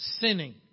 sinning